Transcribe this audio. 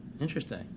Interesting